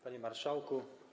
Panie Marszałku!